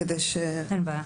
בבקשה.